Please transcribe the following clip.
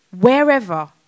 wherever